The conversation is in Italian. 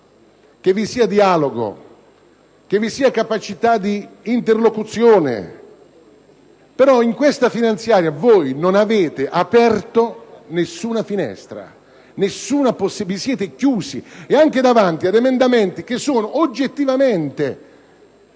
che vi siano dialogo e capacità di interlocuzione. Però, in questa finanziaria non avete aperto nessuna finestra: vi siete chiusi. E anche davanti ad emendamenti oggettivamente